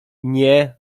nie